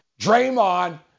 Draymond